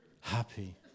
happy